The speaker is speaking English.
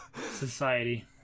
Society